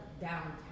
downtown